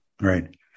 Right